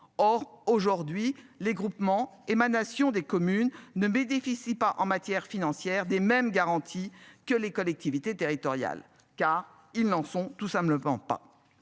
or aujourd'hui les groupements émanation des communes ne bénéficie pas en matière financière des mêmes garanties que les collectivités territoriales, car ils n'en sont tout simplement pas.